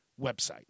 website